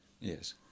yes